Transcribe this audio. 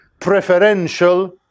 preferential